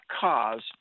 cause